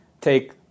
take